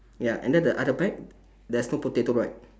ya and then the other bag there's no potato right